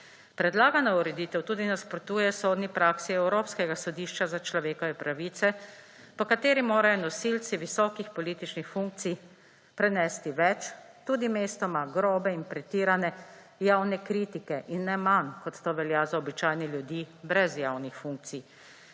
Predlagana ureditev tudi nasprotuje sodni praksi Evropskega sodišča za človekove pravice, po kateri morajo nosilci visokih političnih funkcij prenesti več, tudi mestoma grobe in pretirane javne kritike in ne manj, kot to velja za običajne ljudi brez javnih funkcij.